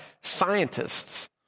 scientists